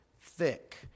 thick